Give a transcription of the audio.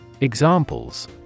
Examples